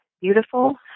beautiful